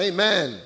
Amen